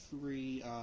three